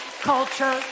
culture